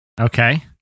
Okay